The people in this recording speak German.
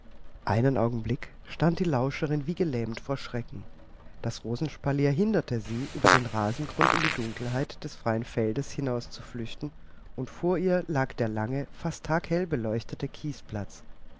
einen augenblick stand die lauscherin wie gelähmt vor schrecken das rosenspalier hinderte sie über den rasengrund in die dunkelheit des freien feldes hinaus zu flüchten und vor ihr lag der lange fast tageshell beleuchtete